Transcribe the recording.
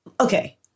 okay